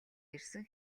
ирсэн